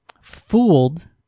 fooled